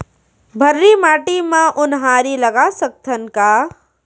भर्री माटी म उनहारी लगा सकथन का?